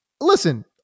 listen